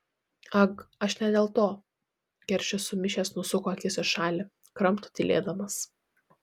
ag aš ne dėl to keršis sumišęs nusuko akis į šalį kramto tylėdamas